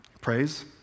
Praise